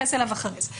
שנתייחס אליו אחר כך.